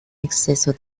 exceso